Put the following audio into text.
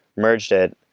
merged it,